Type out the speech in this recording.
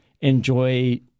enjoy